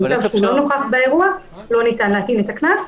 אם הוא לא נוכח באירוע, לא ניתן להטיל את הקנס.